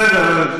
בסדר.